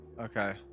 okay